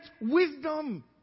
wisdom